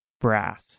brass